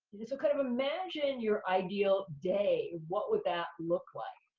so kind of imagine your ideal day. what would that look like?